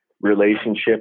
relationship